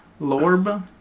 Lorb